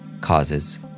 causes